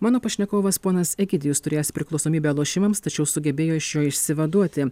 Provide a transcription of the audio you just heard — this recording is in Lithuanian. mano pašnekovas ponas egidijus turėjęs priklausomybę lošimams tačiau sugebėjo iš jo išsivaduoti